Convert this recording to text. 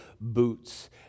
boots